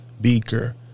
Beaker